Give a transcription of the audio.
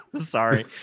Sorry